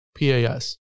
PAS